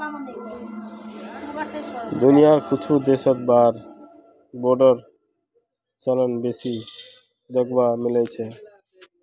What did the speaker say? दुनियार कुछु देशत वार बांडेर चलन बेसी दखवा मिल छिले